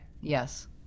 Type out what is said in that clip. Yes